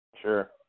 sure